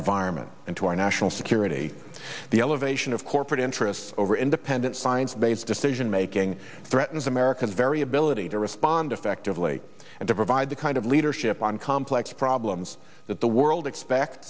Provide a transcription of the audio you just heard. environment and to our national security the elevation of corporate interests over independent science based decision making threatens america's very ability to respond effectively and to provide the kind of leadership on complex problems that the world expect